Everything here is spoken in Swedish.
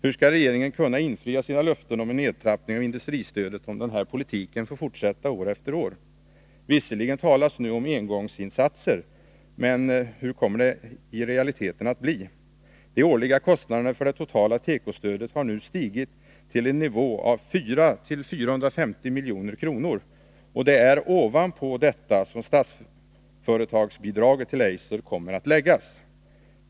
Hur skall regeringen kunna infria sina löften om en nedrappning av industristödet, om denna politik får fortsätta år efter år? Visserligen talas det nu om engångsinsatser, men hur kommer det i realiteten att bli? De årliga kostnaderna för det totala tekostödet har nu stigit till nivån 400-450 milj.kr., och det är ovanpå detta som Statsföretagsbidraget till Eiser kommer att läggas.